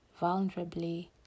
vulnerably